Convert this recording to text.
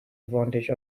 advantage